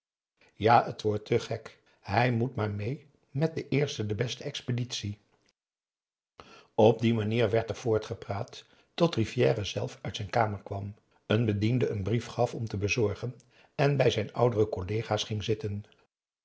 ja t wordt te gek hij moet maar meê met de eerste de beste expeditie p a daum hoe hij raad van indië werd onder ps maurits op die manier werd er voortgepraat tot rivière zelf uit zijn kamer kwam n bediende een brief gaf om te bezorgen en bij zijn oudere collega's ging zitten